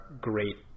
great